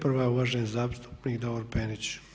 Prva je uvaženi zastupnik Davor Penić.